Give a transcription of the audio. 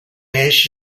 neix